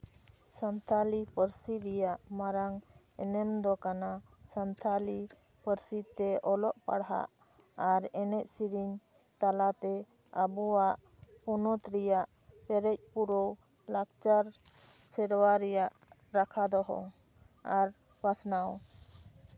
ᱥᱟᱱᱛᱷᱟᱞᱤ ᱯᱟᱨᱥᱤ ᱨᱮᱭᱟᱜ ᱢᱟᱨᱟᱝ ᱮᱱᱮᱢ ᱫᱚ ᱠᱟᱱᱟ ᱥᱟᱱᱛᱷᱟᱞᱤ ᱯᱟᱹᱨᱥᱤ ᱛᱮ ᱚᱞᱚᱜ ᱯᱟᱲᱦᱟᱜ ᱟᱨ ᱮᱱᱮᱡ ᱥᱮᱨᱮᱧ ᱚᱱᱟᱛᱮ ᱟᱵᱚᱣᱟᱜ ᱯᱚᱱᱚᱛ ᱨᱮᱭᱟᱜ ᱯᱮᱨᱮᱡ ᱯᱩᱨᱟᱹᱣ ᱞᱟᱠᱪᱟᱨ ᱥᱮᱨᱣᱟ ᱨᱮᱭᱟᱜ ᱨᱟᱠᱷᱟ ᱫᱚᱦᱚ ᱟᱨ ᱯᱟᱥᱱᱟᱣ